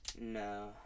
no